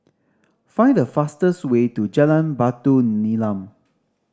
find the fastest way to Jalan Batu Nilam